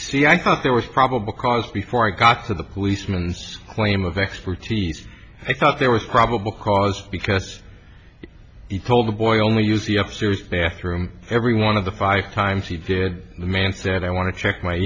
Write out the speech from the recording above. see i thought there was probable cause before i got to the policeman's claim of expertise i thought there was probable cause because he told the boy only use the up series bathroom every one of the five times he did the man said i want to check my